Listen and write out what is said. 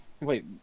Wait